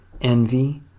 Envy